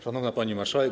Szanowna Pani Marszałek!